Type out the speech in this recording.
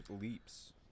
leaps